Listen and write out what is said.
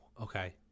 Okay